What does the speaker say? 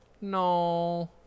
no